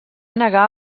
negar